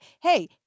hey